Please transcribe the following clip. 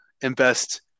invest